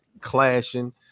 clashing